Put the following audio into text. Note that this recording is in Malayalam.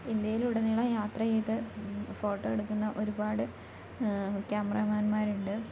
ഇന്ത്യയിലുടനീളം യാത്രയ്ത് ഫോട്ടോ എടുക്കുന്ന ഒരുപാട് ക്യാമറമാൻമാരുണ്ട്